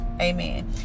Amen